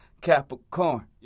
Capricorn